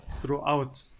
throughout